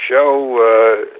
show